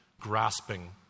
grasping